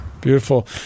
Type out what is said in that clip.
Beautiful